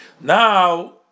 Now